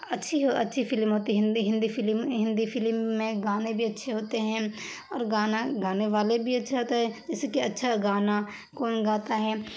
اچھی ہو اچھی فلم ہوتی ہے ہندی ہندی فلم ہندی فلم میں گانے بھی اچھے ہوتے ہیں اور گانا گانے والے بھی اچھے ہوتا ہے اسی کے اچھا گانا کون گاتا ہے